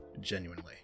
genuinely